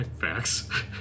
facts